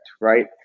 right